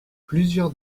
plusieurs